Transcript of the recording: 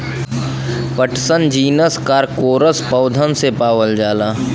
पटसन genus Corchorus पौधन से पावल जाला